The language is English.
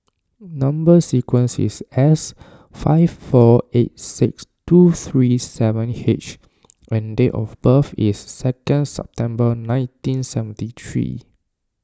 Number Sequence is S five four eight six two three seven H and date of birth is second September nineteen seventy three